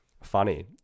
funny